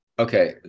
Okay